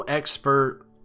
expert